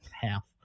half